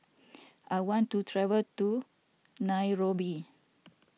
I want to travel to Nairobi